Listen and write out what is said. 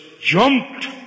jumped